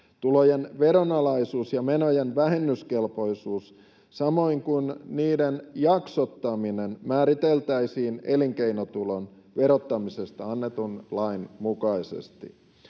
Tulojen veronalaisuus ja menojen vähennyskelpoisuus samoin kuin niiden jaksottaminen määriteltäisiin elinkeinotulon verottamisesta annetun lain mukaisesti.